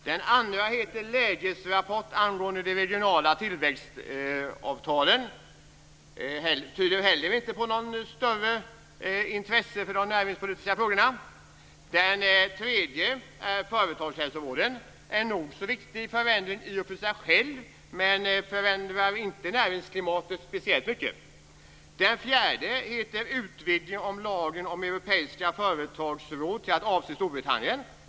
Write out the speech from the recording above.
Den andra heter Lägesrapport angående de regionala tillväxtavtalen. Den tyder inte heller på något större intresse för de näringspolitiska frågorna. Den tredje är Företagshälsovård, som är en nog så viktig förändring i sig själv, men den förändrar inte näringsklimatet speciellt mycket. Den fjärde heter Utvidgning av lagen om europeiska företagsråd till att avse Storbritannien.